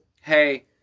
Hey